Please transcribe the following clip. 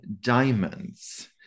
Diamonds